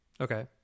Okay